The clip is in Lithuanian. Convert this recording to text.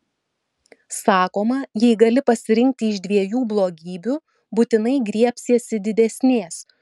sakoma jei gali pasirinkti iš dviejų blogybių būtinai griebsiesi didesnės